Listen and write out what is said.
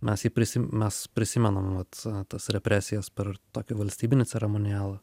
mes jį prisim mes prisimenam vat tas represijas per tokį valstybinį ceremonialą